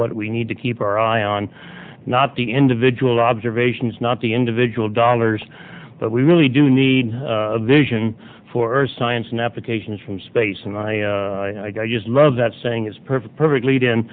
what we need to keep our eye on not the individual observations not the individual dollars that we really do need a vision for science and applications from space and i just love that saying it's perfect perfect lead in